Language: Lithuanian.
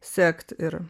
sekt ir